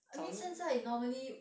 I mean 现在 normally